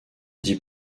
dit